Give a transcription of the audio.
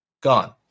Gone